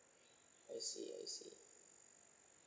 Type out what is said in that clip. I see I see